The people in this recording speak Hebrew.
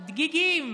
דגיגים,